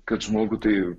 kad žmogų tai